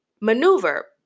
maneuver